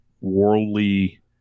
worldly